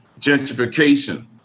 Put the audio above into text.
gentrification